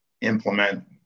implement